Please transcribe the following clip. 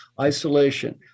isolation